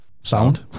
Sound